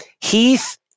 Heath